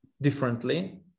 differently